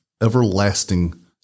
everlasting